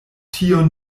tion